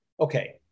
Okay